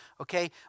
okay